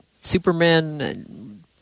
Superman